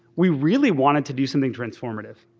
we really wanted to do something transformative.